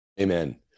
Amen